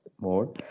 more